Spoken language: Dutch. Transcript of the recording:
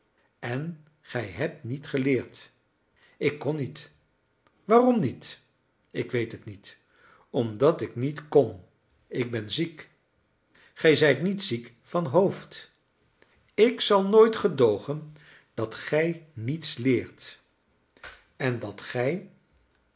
en gij hebt niet geleerd ik kon niet waarom niet ik weet het niet omdat ik niet kon ik ben ziek gij zijt niet ziek van hoofd ik zal nooit gedoogen dat gij niets leert en dat